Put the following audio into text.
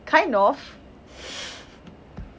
kind of